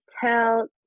tell